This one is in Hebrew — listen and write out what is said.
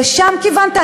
לשם כיוונת?